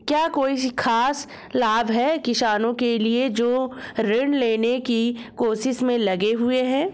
क्या कोई खास लाभ उन किसानों के लिए हैं जो ऋृण लेने की कोशिश में लगे हुए हैं?